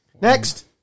Next